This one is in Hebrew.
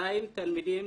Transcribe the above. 200 תלמידים